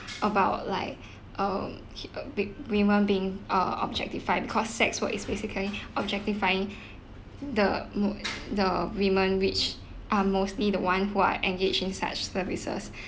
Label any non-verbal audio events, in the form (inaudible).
about like um hit a big women being uh objectified because sex work is basically objectifying (breath) the wo~ the women which are mostly the one who are engaged in such services